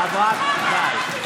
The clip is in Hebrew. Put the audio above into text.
חלש.